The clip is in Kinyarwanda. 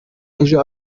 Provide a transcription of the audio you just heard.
ejo